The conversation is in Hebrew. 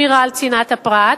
פוטנציאלית, בעיות בעבודה,